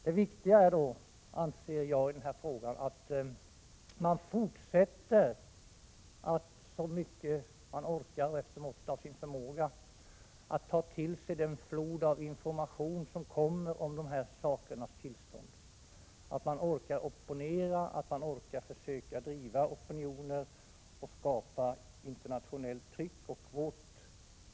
Det viktiga är, anser jag, att man fortsätter, så mycket man orkar efter måttet av sin förmåga, att ta till sig den flod av information som kommer om sakernas tillstånd, att man orkar opponera, att man orkar försöka driva opinion och skapa internationellt tryck.